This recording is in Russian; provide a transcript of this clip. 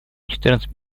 четырнадцать